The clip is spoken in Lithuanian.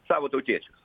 savo tautiečius